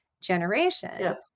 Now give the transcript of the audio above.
generation